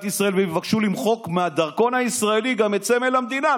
ישראל וגם יבקשו למחוק מהדרכון הישראלי את סמל המדינה?